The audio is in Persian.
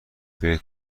بهت